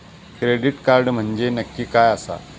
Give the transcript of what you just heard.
Credit card म्हंजे नक्की काय आसा?